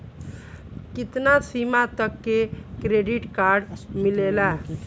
कितना सीमा तक के क्रेडिट कार्ड मिलेला?